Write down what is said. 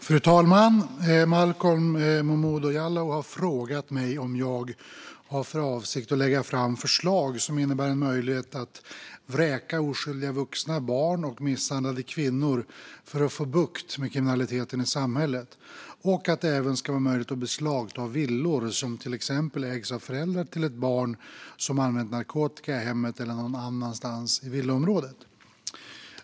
Fru talman! Malcolm Momodou Jallow har frågat mig om jag har för avsikt att lägga fram förslag som innebär en möjlighet att vräka oskyldiga vuxna, barn och misshandlade kvinnor för att få bukt med kriminaliteten i samhället och om det även ska vara möjligt att beslagta villor som till exempel ägs av föräldrar till ett barn som använt narkotika i hemmet eller någon annanstans i villaområdet.